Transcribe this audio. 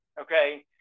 Okay